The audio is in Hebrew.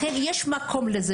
לכן יש מקום לזה.